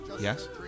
Yes